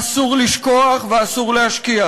אסור לשכוח ואסור להשכיח,